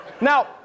Now